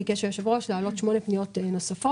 ביקש היושב ראש להעלות 8 פניות נוספות